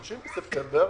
ב-30 בספטמבר